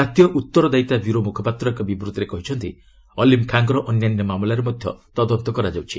ଜାତୀୟ ଉତ୍ତରଦାୟିତା ବ୍ୟୁରୋ ମୁଖପାତ୍ର ଏକ ବିବୃତ୍ତିରେ କହିଛନ୍ତି ଅଲ୍ଲୀମ୍ ଖାଁଙ୍କର ଅନ୍ୟାନ୍ୟ ମାମଲାରେ ମଧ୍ୟ ତଦନ୍ତ କରାଯାଉଛି